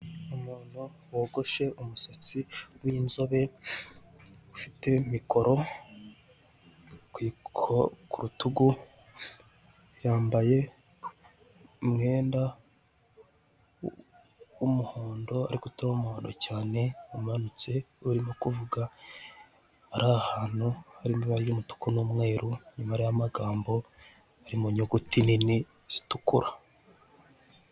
Umuntu wogoshe umusatsi w'inzobe ufite mikoro ku iko ku rutugu, yambaye umwenda w'umuhondo ariko utari umuhondo cyane, unanutse urimo kuvuga, ari ahantu hari amabara y'umutuku n'umweru hari n'amagambo ari mu nyuguti nini zitukura.